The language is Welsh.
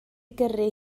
gyrru